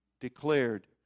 declared